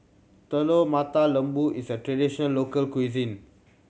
Telur Mata Lembu is a tradition local cuisine